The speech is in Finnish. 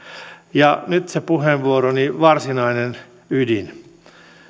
ja nyt se puheenvuoroni varsinainen ydin